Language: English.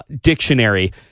dictionary